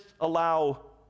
allow